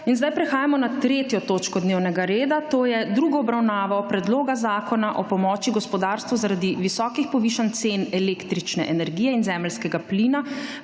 sedaj s prekinjeno 3. točko dnevnega reda - druga obravnava Predloga zakona o pomoči gospodarstvu zaradi visokih povišanj cen električne energije in zemeljskega plina,